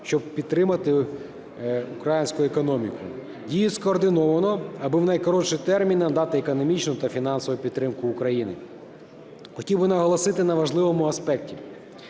щоб підтримати українську економіку, діють скоординовано, аби в найкоротший термін надати економічну та фінансову підтримку Україні. Хотів би наголосити на важливому аспекті.